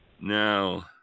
Now